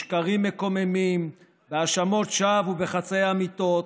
בשקרים מקוממים, בהאשמות שווא ובחצאי אמיתות,